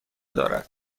دارد